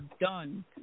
done